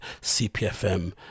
cpfm